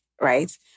right